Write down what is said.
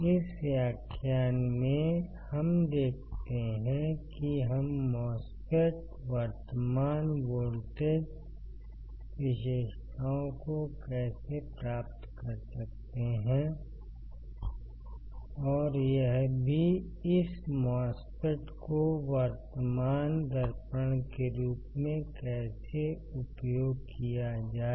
इस व्याख्यान में हम देखते हैं कि हम MOSFET वर्तमान वोल्टेज विशेषताओं को कैसे प्राप्त कर सकते हैं और यह भी कि इस MOSFET को वर्तमान दर्पण के रूप में कैसे उपयोग किया जाए